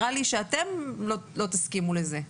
נראה לי שאתם לא תסכימו לזה.